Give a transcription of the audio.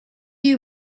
you